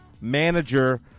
manager